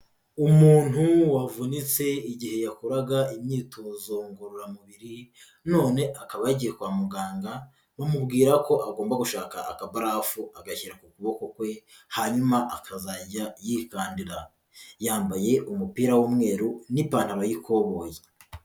Umuntu wavunitse igihe yakoraga imyitozo ngororamubiri, none akaba yagiye kwa muganga, bamubwira ko agomba gushaka akabafu agashyira ku kuboko kwe, hanyuma akazajya yikandira. Yambaye umupira w'umweru n'ipantaro y'ikoboyi.